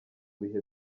bihe